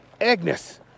Agnes